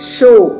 Show